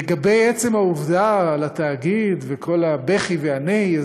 לגבי עצם העובדה על התאגיד וכל הבכי והנהי,